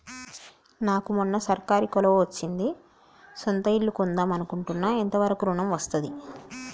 నాకు మొన్న సర్కారీ కొలువు వచ్చింది సొంత ఇల్లు కొన్దాం అనుకుంటున్నా ఎంత వరకు ఋణం వస్తది?